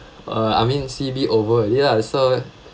uh I mean C_B over already lah so